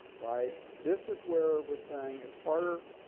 right. this is where we're saying is harder.